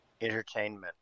Entertainment